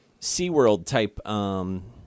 SeaWorld-type